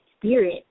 spirit